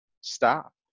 stop